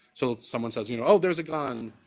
so someone says, you know, oh, there's a gun,